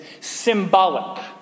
symbolic